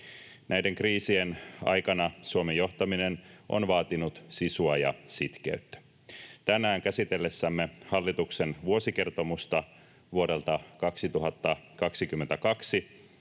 Näiden kriisien aikana Suomen johtaminen on vaatinut sisua ja sitkeyttä. Tänään käsitellessämme hallituksen vuosikertomusta vuodelta 2022